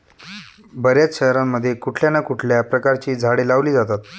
बर्याच शहरांमध्ये कुठल्या ना कुठल्या प्रकारची झाडे लावली जातात